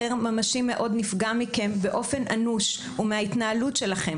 אחר ממשי מאוד נפגע מכם באופן אנוש ומההתנהלות שלכם,